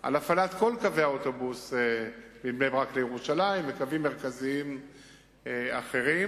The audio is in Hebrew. על הפעלת כל קווי האוטובוס מבני-ברק לירושלים וקווים מרכזיים אחרים.